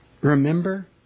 Remember